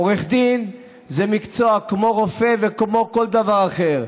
עורך דין זה מקצוע כמו רופא וכמו כל דבר אחר.